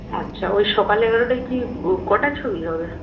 আচ্ছা ওই সকাল এগারোটায় কী কটা ছবি হবে